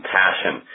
passion